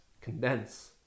condense